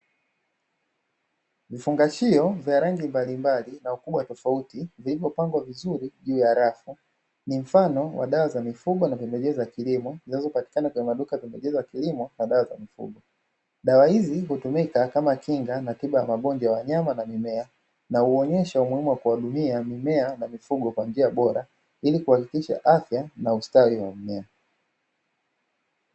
Vifungashio vya rangi mbalimbali na ukubwa tofauti vilivyopangwa vizuri juu ya rafu, ni mfano wa dawa za mifugo na pembejeo za kilimo, zinazopatikana katika maduka ya pembejeo za kilimo na dawa za mifugo, dawa hizo hutumika kama kinga na tiba ya magonjwa ya wanyama na mimea, na huonyesha umuhimu wa kuhudumia mimea na mifugo kwa njia bora, ilikuhakikisha afya na ustawi.